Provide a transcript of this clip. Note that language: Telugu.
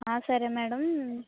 సరే మేడం